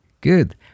Good